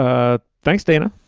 ah thanks, dana